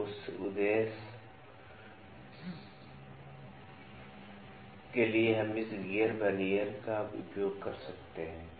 तो उस उद्देश्य के लिए हम इस गियर वर्नियर का उपयोग कर सकते हैं